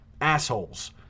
assholes